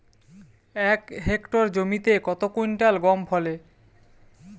এক হেক্টর জমিতে কত কুইন্টাল গম ফলে?